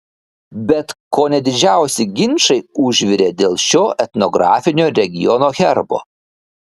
bet kone didžiausi ginčai užvirė dėl šio etnografinio regiono herbo